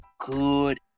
good